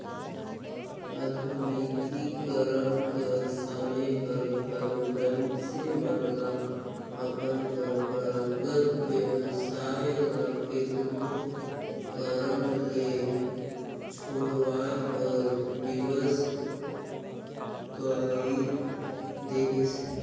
आधुनिकीकरन कर समें हर घलो मइनसे मन ल अपन परंपरागत बेवसाय ल केतनो कारन ले छोंड़वाए बर बिबस कइर देहिस